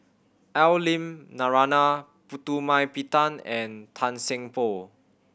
Al Lim Narana Putumaippittan and Tan Seng Poh